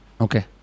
Okay